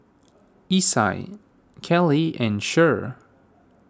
Isai Caleigh and Cher